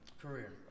career